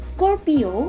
Scorpio